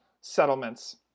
settlements